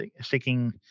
sticking